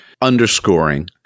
underscoring